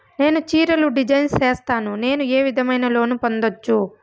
నేను చీరలు డిజైన్ సేస్తాను, నేను ఏ విధమైన లోను పొందొచ్చు